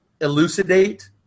elucidate